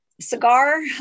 cigar